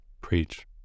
Preach